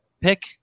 pick